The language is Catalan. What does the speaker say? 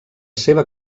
seva